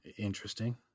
Interesting